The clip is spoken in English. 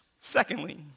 Secondly